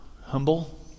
humble